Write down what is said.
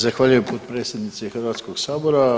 Zahvaljujem potpredsjednice Hrvatskog sabora.